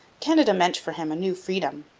canada meant for him a new freedom.